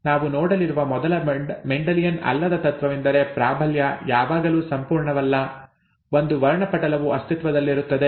ನಾವು ನೋಡಲಿರುವ ಮೊದಲ ಮೆಂಡೆಲಿಯನ್ ಅಲ್ಲದ ತತ್ವವೆಂದರೆ ಪ್ರಾಬಲ್ಯ ಯಾವಾಗಲೂ ಸಂಪೂರ್ಣವಲ್ಲ ಒಂದು ವರ್ಣಪಟಲವು ಅಸ್ತಿತ್ವದಲ್ಲಿರುತ್ತದೆ